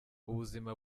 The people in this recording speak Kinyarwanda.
ubuzima